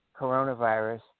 coronavirus